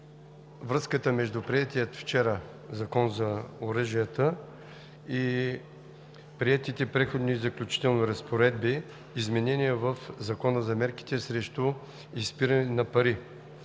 връзката между приетия вчера Закон за оръжията и приетите Преходните и заключителни разпоредби за изменения в Закона за мерките срещу изпирането на пари.